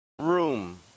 room